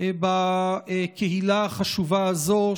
בקהילה החשובה הזאת,